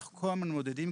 אנחנו כל הזמן מודדים,